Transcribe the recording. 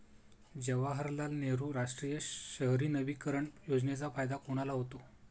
जवाहरलाल नेहरू राष्ट्रीय शहरी नवीकरण योजनेचा फायदा कोणाला होतो?